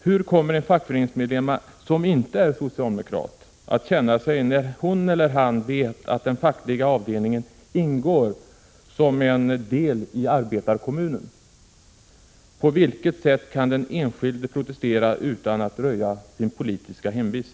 Hur kommer den fackföreningsmedlem som inte är socialdemokrat att känna sig när hon eller han vet att den fackliga avdelningen ingår som en del i arbetarkommunen? På vilket sätt kan den enskilde protestera utan att röja sin politiska hemvist?